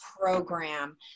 program